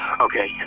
Okay